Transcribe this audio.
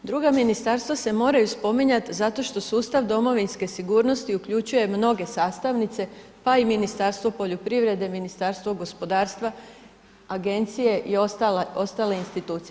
Druga ministarstva se moraju spominjati zato što sustav domovinske sigurnosti uključuje mnoge sastavnice, pa i Ministarstvo poljoprivrede, Ministarstvo gospodarstva, agencije i ostale institucije.